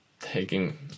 taking